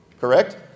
Correct